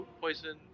poison